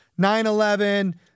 9/11